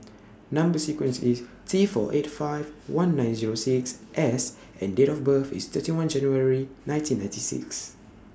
Number sequence IS T four eight five one nine Zero six S and Date of birth IS thirty one January nineteen ninety six